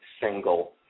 single